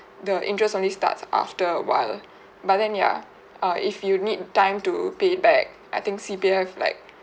the interest only starts after awhile but then ya uh if you need time to pay back I think C_P_F like